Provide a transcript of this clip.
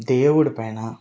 దేవుడి పైన